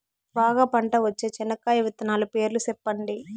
బాగా పంట వచ్చే చెనక్కాయ విత్తనాలు పేర్లు సెప్పండి?